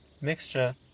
mixture